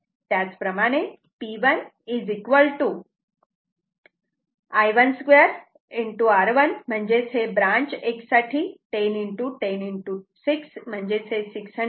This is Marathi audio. त्याचप्रमाणे P 1I1 2 R 1 म्हणजेच हे ब्रांच 1 साठी 10 10 6 600 वॅट